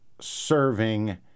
serving